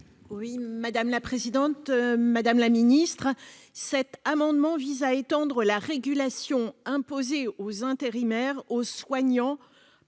oui madame là. Présidente, Madame la Ministre, cet amendement vise à étendre la régulation imposée aux intérimaires, aux soignants,